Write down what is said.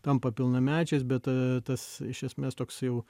tampa pilnamečiais bet ta tas iš esmės toks jau